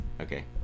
Okay